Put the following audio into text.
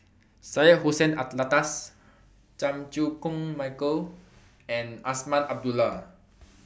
Syed Hussein Alatas Chan Chew Koon Michael and Azman Abdullah